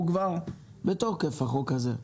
הוא כבר בתוקף החוק הזה.